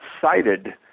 cited